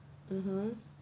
mmhmm